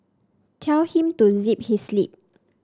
tell him to zip his lip